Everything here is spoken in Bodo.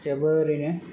जोबोरैनो